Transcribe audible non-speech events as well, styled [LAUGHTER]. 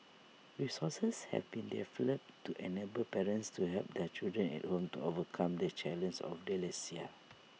resources have been developed to enable parents to help their children at home to overcome the [UNINTELLIGIBLE] of dyslexia